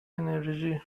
انرژی